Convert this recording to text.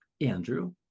andrew